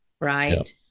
right